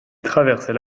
traversait